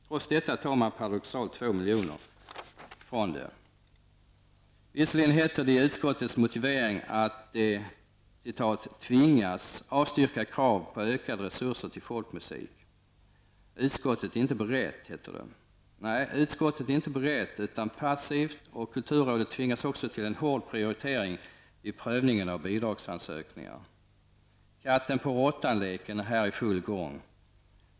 Trots detta tar man paradoxalt nog 2 miljoner från den verksamheten. Visserligen heter det i utskottets motivering att man ''tvingas avstyrka krav på ökade resurser till folkmusik''. Vidare står det: ''Utskottet är inte berett --.'' Nej, utskottet är inte berett. Utskottet är passivt, och kulturrådet tvingas också till en hård prioritering vid prövningen av bidragsansökningar. Katten-- på--råttan-leken är här i full gång.